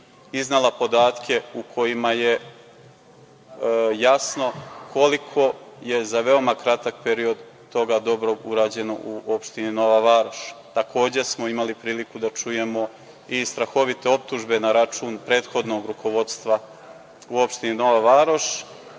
iznela podatke u kojima je jasno koliko je za veoma kratak period toga dobrog urađeno u opštini Nova Varoš. Takođe smo imali priliku da čujemo i strahovite optužbe na račun prethodnog rukovodstva u opštini Nova Varoš